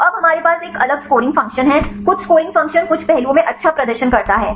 तो अब हमारे पास एक अलग स्कोरिंग फ़ंक्शन है कुछ स्कोरिंग फ़ंक्शन कुछ पहलुओं में अच्छा प्रदर्शन करता है